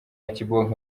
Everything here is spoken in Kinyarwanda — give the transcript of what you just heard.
kibonke